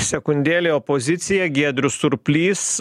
sekundėlei opozicija giedrius surplys